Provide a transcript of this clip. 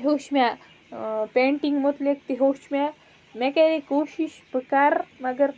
ہیوٚچھ مےٚ پینٹِنٛگ مُتعلِق تہِ ہیوٚچھ مےٚ مےٚ کَرے کوٗشِش بہٕ کَرٕ مگر